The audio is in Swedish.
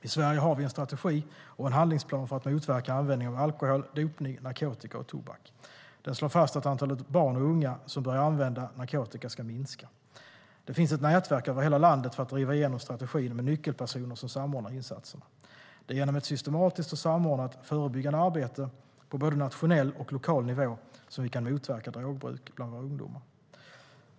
I Sverige har vi en strategi och en handlingsplan för att motverka användningen av alkohol, dopning, narkotika och tobak. Den slår fast att antalet barn och unga som börjar använda narkotika ska minska. Det finns ett nätverk över hela landet för att driva igenom strategin, med nyckelpersoner som samordnar insatserna. Det är genom ett systematiskt och samordnat förebyggande arbete på både nationell och lokal nivå som vi kan motverka drogbruk bland våra ungdomar.